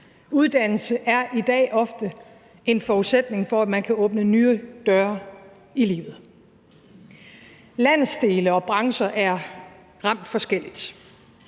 Uddannelse er i dag ofte en forudsætning for, at man kan åbne nye døre i livet. Landsdele og brancher er ramt forskelligt.